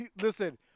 Listen